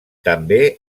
també